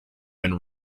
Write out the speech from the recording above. been